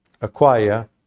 acquire